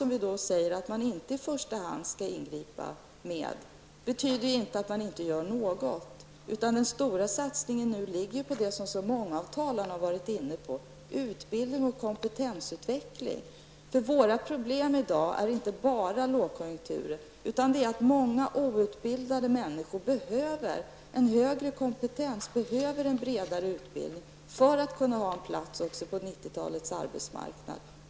När vi säger att man inte skall tillgripa efterfrågestimulans i första hand betyder det inte att man inte gör något. Den stora satsningen nu ligger på det som så många av talarna har varit inne på, nämligen utbildning och kompetensutveckling. Det är inte bara lågkonjunkturen som är vårt problem i dag, utan även att många lågutbildade människor behöver en högre kompetens, behöver en bredare utbildning för att kunna ha en plats också på 1990-talets arbetsmarknad.